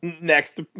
next